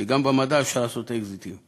אבל גם במדע אפשר לעשות אקזיטים,